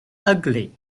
ugly